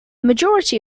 majority